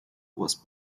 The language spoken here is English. was